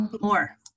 more